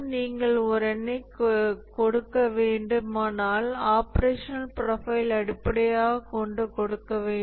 நீங்கள் ஒரு எண்ணைக் கொடுக்க வேண்டுமானால் ஆபரேஷனல் ப்ரொஃபைலை அடிப்படையாகக் கொண்டு கொடுக்க வேண்டும்